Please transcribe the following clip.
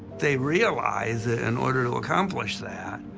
they realize that in order to accomplish that,